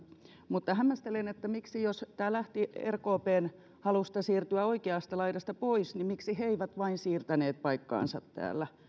mutta hämmästelen miksi jos tämä lähti rkpn halusta siirtyä oikeasta laidasta pois niin miksi vain he eivät siirtäneet paikkaansa täällä